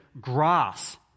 grass